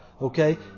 Okay